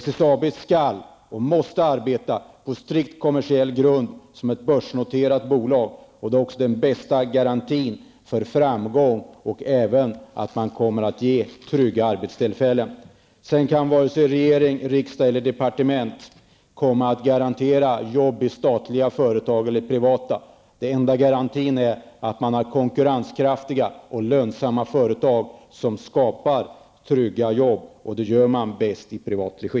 SSAB skall och måste arbeta på strikt kommersiell grund såsom ett börsnoterat bolag. Det är den bästa garantin för framgång och tryggade arbetstillfällen. Varken regering, riksdag eller departement kan garantera jobben i statliga eller privata företag. Den enda garantin för trygga jobb är att företagen är konkurrenskraftiga och lönsamma. Det sker bäst i privat regi.